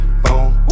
phone